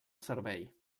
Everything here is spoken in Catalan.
servei